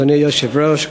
אדוני היושב-ראש,